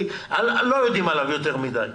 לא יודעים עליו יותר מדי.